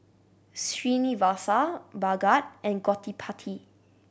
Srinivasa Bhagat and Gottipati